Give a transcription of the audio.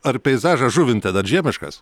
ar peizažas žuvinte dar žiemiškas